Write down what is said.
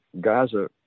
Gaza